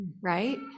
right